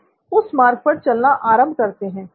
आप उस मार्ग पर चलना आरंभ करते हैं